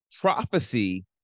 Prophecy